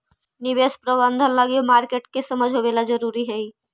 निवेश प्रबंधन लगी मार्केट के समझ होवेला जरूरी हइ